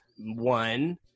one